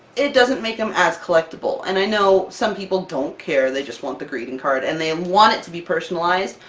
it doesn't make them as collectible. and i know some people don't care, they just want the greeting card and they want it to be personalized,